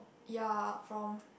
ya from